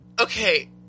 Okay